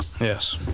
Yes